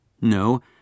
No